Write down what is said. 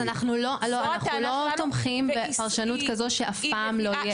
אנחנו לא תומכים בפרשנות כזו שאף פעם לא יהיה אפס.